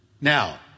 Now